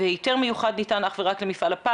מתכללות וארוכות